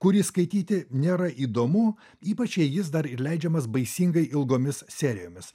kurį skaityti nėra įdomu ypač jei jis dar ir leidžiamas baisingai ilgomis serijomis